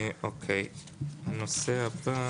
הנושא הבא.